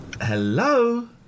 Hello